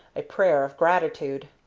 a prayer of gratitude.